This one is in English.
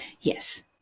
yes